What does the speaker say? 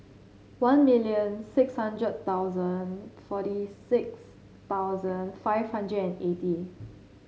one million six hundred thousand forty six thousand five hundred and eighty